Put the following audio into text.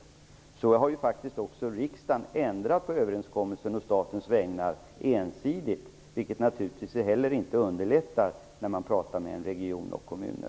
Riksdagen har faktiskt också ensidigt ändrat på överenskommelsen å statens vägnar, vilket naturligtvis inte heller underlättar i diskussioner med en region och kommuner.